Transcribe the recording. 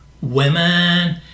women